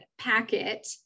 packet